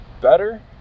better